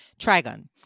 Trigon